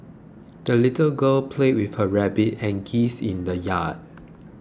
the little girl played with her rabbit and geese in the yard